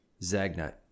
Zagnut